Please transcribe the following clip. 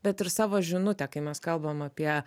bet ir savo žinutę kai mes kalbam apie